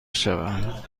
شوم